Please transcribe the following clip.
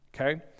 Okay